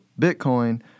Bitcoin